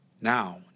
Now